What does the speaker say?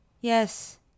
Yes